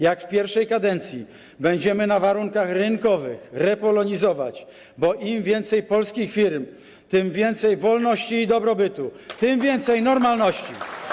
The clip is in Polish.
Jak w pierwszej kadencji, będziemy na warunkach rynkowych repolonizować, bo im więcej polskich firm, tym więcej wolności i dobrobytu, tym więcej normalności.